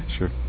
Sure